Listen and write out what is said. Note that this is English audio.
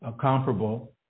comparable